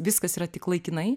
viskas yra tik laikinai